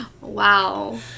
wow